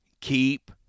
keep